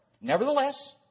Nevertheless